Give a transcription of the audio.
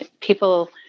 people